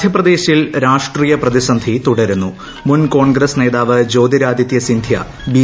മധ്യപ്രദേശിൽ രാഷ്ടീയപ്രതിസന്ധി തുടരുന്നു മുൻ കോൺഗ്രസ് നേതാവ് ജ്യോതിരാദിതൃസിന്ധ്യ ബി